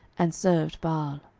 and served baal.